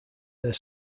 their